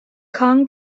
kong